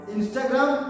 Instagram